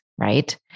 right